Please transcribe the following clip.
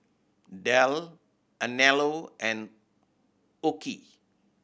Dell Anello and OKI